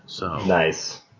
Nice